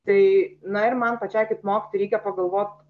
tai na ir man pačiai kaip mokytojai reikia pagalvot